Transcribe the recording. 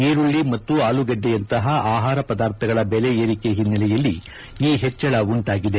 ಈರುಳ್ಳ ಮತ್ತು ಆಲೂಗಡ್ಡೆಯಂತಹ ಆಹಾರ ಪದಾರ್ಥಗಳ ಬೆಲೆ ಏರಿಕೆ ಹಿನ್ನೆಲೆಯಲ್ಲಿ ಈ ಹೆಚ್ಚಳ ಉಂಟಾಗಿದೆ